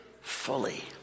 fully